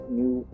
new